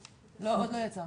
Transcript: עוד לא יצרה.